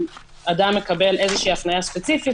אם אדם מקבל איזושהי הפניה ספציפית,